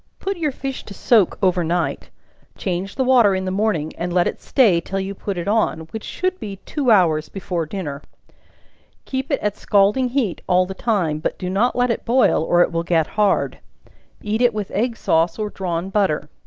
put your fish to soak over night change the water in the morning, and let it stay till you put it on, which should be two hours before dinner keep it at scalding heat all the time, but do not let it boil, or it will get hard eat it with egg sauce or drawn butter.